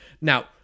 Now